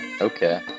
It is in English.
Okay